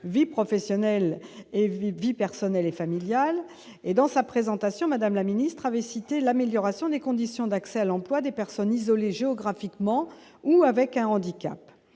vie professionnelle et V. weebi personnelle et familiale et dans sa présentation, Madame la ministre avait cité l'amélioration des conditions d'accès à l'emploi des personnes isolées géographiquement ou avec un handicap